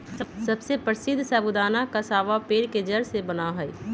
सबसे प्रसीद्ध साबूदाना कसावा पेड़ के जड़ से बना हई